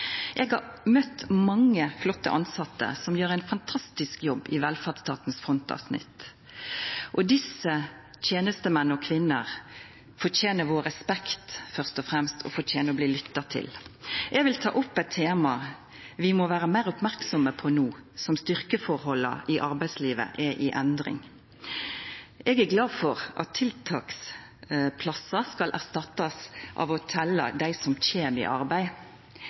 Eg har møtt mange flotte tilsette som gjer ein fantastisk jobb i velferdsstatens frontavsnitt. Desse tenestemenn og -kvinner fortener vår respekt først og fremst, og fortener å bli lytta til. Eg vil ta opp eit tema vi må vera meir merksame på no som styrkeforholda i arbeidslivet er i endring. Eg er glad for at tiltaksplassar skal erstattast av det å telja dei som kjem i arbeid.